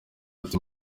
ati